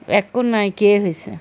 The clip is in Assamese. একো নাইকিয়াই হৈছে